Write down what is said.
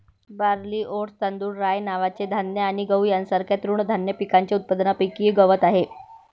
barley, oats, तांदूळ, rye नावाचे धान्य आणि गहू यांसारख्या तृणधान्य पिकांच्या उत्पादनापैकी गवत आहे